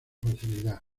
facilidad